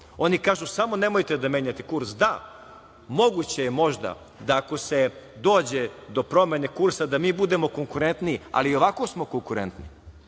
Oni kažu samo nemojte da menjate kurs. Da, moguće je možda da ako se dođe do promene kursa da mi budemo konkurentniji, ali i ovako smo konkurentni.